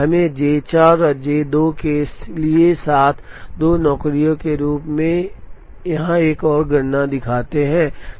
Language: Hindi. हमें J 4 और J 2 के साथ दो नौकरियों के रूप में यहां एक और गणना दिखाते हैं